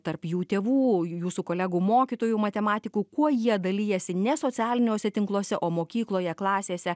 tarp jų tėvų jūsų kolegų mokytojų matematikų kuo jie dalijasi ne socialiniuose tinkluose o mokykloje klasėse